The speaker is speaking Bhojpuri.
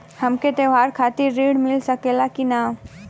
हमके त्योहार खातिर त्रण मिल सकला कि ना?